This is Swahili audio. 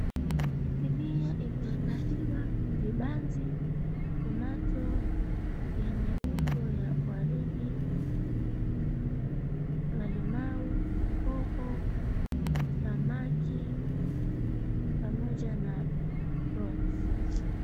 Sinia imeandaliwa vibanzi, tomato yenye umbo ya waridi na limau, hoho, samaki pamoja na prawns .